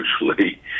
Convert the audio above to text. usually